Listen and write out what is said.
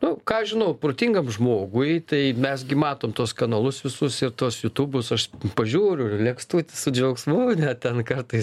nu ką aš žinau protingam žmogui tai mes gi matom tuos kanalus visus ir tuos jutūbus aš pažiūriu ir leipstu su džiaugsmu net ten kartais